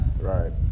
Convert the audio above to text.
Right